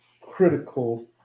critical